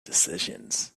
decisions